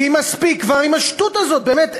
כי מספיק כבר עם השטות הזאת, באמת.